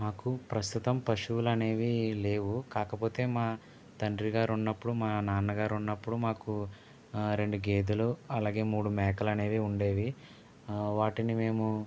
నాకు ప్రస్తుతం పశువులనేవి లేవు కాకపోతే మా తండ్రి గారున్నప్పుడు మా నాన్నగారున్నప్పుడు మాకు రెండు గేదెలు అలాగే మూడు మేకలనేవి ఉండేవి వాటిని మేము